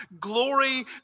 glory